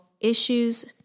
issues